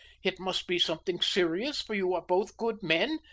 it must be something serious for you are both good men.